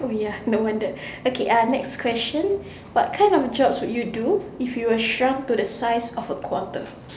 oh ya no wonder okay uh next question what kind of jobs would you do if you were shrunk to the size of a quarter